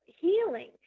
healing